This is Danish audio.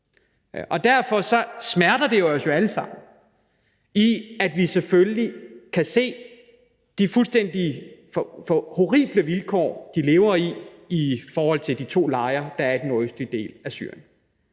Derfor smerter det jo selvfølgelig os alle sammen, når vi kan se de fuldstændig horrible vilkår, de lever under i de to lejre, der er i den nordøstlige del af Syrien.